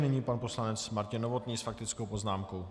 Nyní pan poslanec Martin Novotný s faktickou poznámkou.